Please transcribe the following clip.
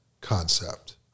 concept